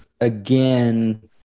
again